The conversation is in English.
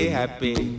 happy